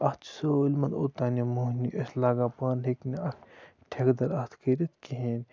اَتھ سٲلمَن اوٚتام یِم مٔہنی ٲسۍ لاگان پانہٕ ہیٚکہِ نہٕ اَتھ ٹھیکہٕ دَر اَتھ کٔرِتھ کِہیٖنۍ